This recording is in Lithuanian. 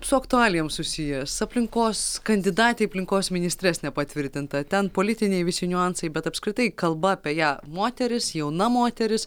su aktualijom susijęs aplinkos kandidatei aplinkos ministres nepatvirtinta ten politiniai visi niuansai bet apskritai kalba apie ją moteris jauna moteris